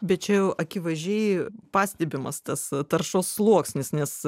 bet čia jau akivaizdžiai pastebimas tas taršos sluoksnis nes